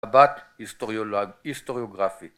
מבט היסטוריוגרפי